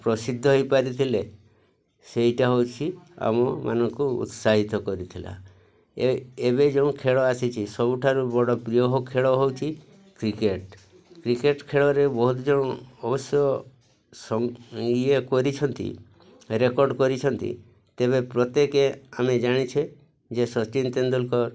ପ୍ରସିଦ୍ଧ ହେଇ ପାରିଥିଲେ ସେଇଟା ହେଉଛି ଆମମାନଙ୍କୁ ଉତ୍ସାହିତ କରିଥିଲା ଏ ଏବେ ଯୋଉ ଖେଳ ଆସିଛି ସବୁଠାରୁ ବଡ଼ ପ୍ରିୟ ଖେଳ ହେଉଛି କ୍ରିକେଟ୍ କ୍ରିକେଟ୍ ଖେଳରେ ବହୁତ ଜଣ ଅବଶ୍ୟ ଇଏ କରିଛନ୍ତି ରେକର୍ଡ଼ କରିଛନ୍ତି ତେବେ ପ୍ରତ୍ୟେକ ଆମେ ଜାଣିଛେ ଯେ ସଚିନ୍ ତେନ୍ଦୁଲକର୍